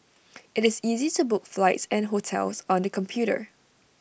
IT is easy to book flights and hotels on the computer